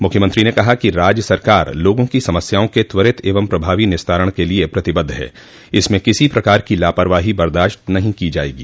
मुख्यमंत्री ने कहा कि राज्य सरकार लोगों की समस्याओं के त्वरित एवं प्रभावी निस्तारण के लिए प्रतिबद्ध है इसमें किसी प्रकार की लापरवाही बदाश्त नहीं की जायेगी